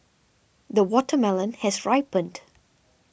the watermelon has ripened